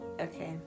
Okay